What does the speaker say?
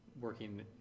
working